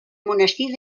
monestir